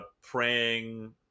praying